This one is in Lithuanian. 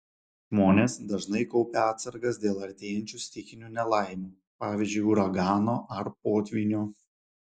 žmonės dažnai kaupia atsargas dėl artėjančių stichinių nelaimių pavyzdžiui uragano ar potvynio